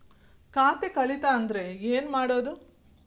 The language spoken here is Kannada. ಖಾತೆ ಕಳಿತ ಅಂದ್ರೆ ಏನು ಮಾಡೋದು?